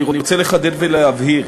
אני רוצה לחדד ולהבהיר